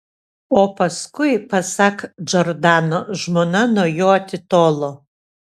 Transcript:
o paskui pasak džordano žmona nuo jo atitolo